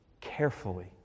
carefully